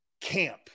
camp